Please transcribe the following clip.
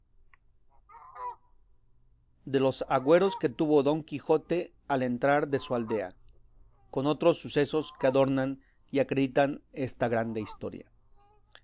de los agüeros que tuvo don quijote al entrar de su aldea con otros sucesos que adornan y acreditan esta grande historia